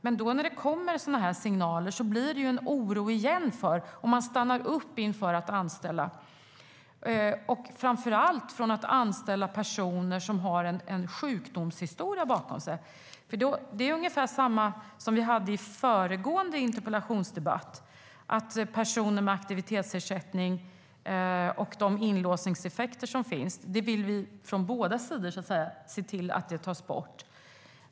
Men när det kommer sådana signaler återkommer oron, och företagen stannar upp inför tanken att anställa - framför allt personer med en sjukdomshistoria bakom sig. Det är ungefär samma diskussion som i den föregående interpellationsdebatten om personer i aktivitetsersättning och inlåsningseffekter. Båda sidor vill att de ska bort.